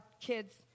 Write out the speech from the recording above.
kids